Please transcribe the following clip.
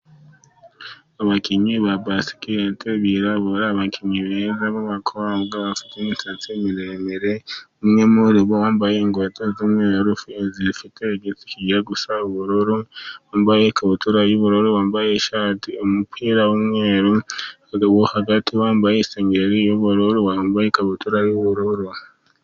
Abakinnyi ba basiketi b'abirabura . Abakinnyi b'abakobwa neza cyane, bafite imisatsi miremire ,umwe muri bo yambaye inkweto z'umweru ifite igiti kijya gusa ubururu wambaye ikabutura y'ubururu wambaye ishati umupira w'umweru , uwo hagati wambaye isengeri y'ubururu wambaye ikabutura yubururu.